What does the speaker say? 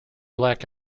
black